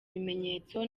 bimenyetso